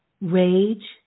Rage